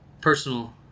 personal